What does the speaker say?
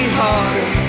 harder